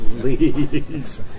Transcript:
please